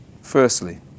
Firstly